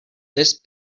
this